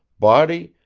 body,